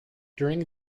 during